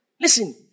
Listen